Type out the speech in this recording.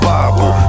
Bible